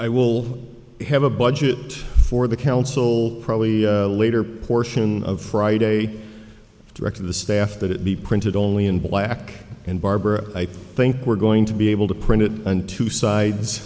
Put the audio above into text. i will have a budget for the council probably later portion of friday direct of the staff that it be printed only in black and barbara i think we're going to be able to print it and two sides